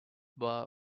bar